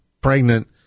pregnant